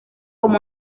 como